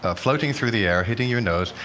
ah floating through the air, hitting your nose.